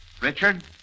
Richard